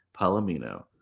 Palomino